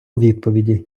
відповіді